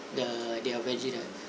the their vege then